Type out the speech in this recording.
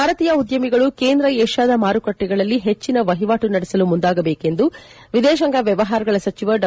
ಭಾರತೀಯ ಉದ್ದಮಿಗಳು ಕೇಂದ್ರ ಏಷ್ಟಾದ ಮಾರುಕಟ್ಟೆಗಳಲ್ಲಿ ಹೆಜ್ಜಿನ ವಹಿವಾಟುಗಳನ್ನು ನಡೆಸಲು ಮುಂದಾಗಬೇಕು ಎಂದು ವಿದೇಶಾಂಗ ವ್ಯವಹಾರಗಳ ಸಚಿವ ಡಾ